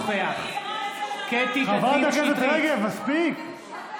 נוכח --- חברת הכנסת רגב, מספיק.